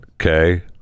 okay